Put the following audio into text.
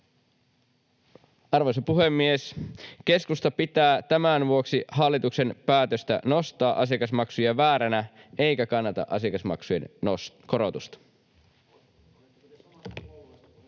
Arvoisa puhemies! Keskusta pitää tämän vuoksi hallituksen päätöstä nostaa asiakasmaksuja vääränä eikä kannata asiakasmaksujen korotusta. [Mauri